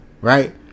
right